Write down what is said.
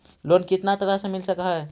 Loan कितना तरह से मिल सक है?